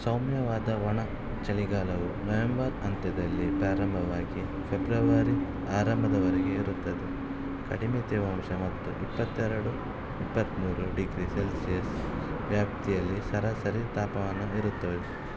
ಸೌಮ್ಯವಾದ ಒಣ ಚಳಿಗಾಲವು ನವೆಂಬರ್ ಅಂತ್ಯದಲ್ಲಿ ಪ್ರಾರಂಭವಾಗಿ ಫೆಬ್ರವರಿ ಆರಂಭದವರೆಗೆ ಇರುತ್ತದೆ ಕಡಿಮೆ ತೇವಾಂಶ ಮತ್ತು ಇಪ್ಪತ್ತೆರಡು ಇಪ್ಪತ್ತ್ಮೂರು ಡಿಗ್ರಿ ಸೆಲ್ಸಿಯಸ್ ವ್ಯಾಪ್ತಿಯಲ್ಲಿ ಸರಾಸರಿ ತಾಪಮಾನವಿರುತ್ತದೆ